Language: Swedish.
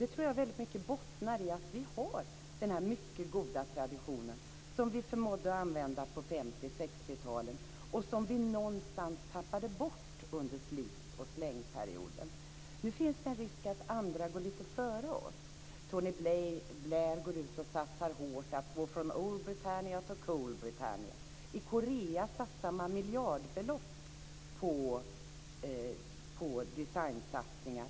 Det tror jag väldigt mycket bottnar i att vi har denna mycket goda tradition som vi förmådde använda på 50 och 60-talen och som vi någonstans tappade bort under slit och slängperioden. Nu finns det en risk att andra går lite före oss. Tony Blair går ut och satsar hårt på att gå från Old Britannia to Cool Britannia. I Korea satsar man miljardbelopp på designsatsningar.